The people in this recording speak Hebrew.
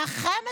"לכם,